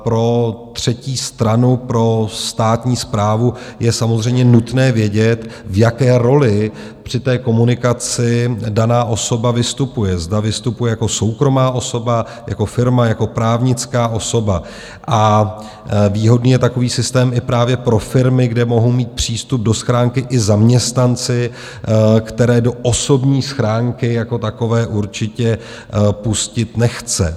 Pro třetí stranu, pro státní správu, je samozřejmě nutné vědět, v jaké roli při té komunikaci daná osoba vystupuje, zda vystupuje jako soukromá osoba, jako firma, jako právnická osoba, a výhodný je takový systém právě pro firmy, kde mohou mít přístup do schránky i zaměstnanci, které do osobní schránky jako takové určitě pustit nechce.